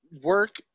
work